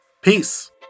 Peace